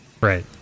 Right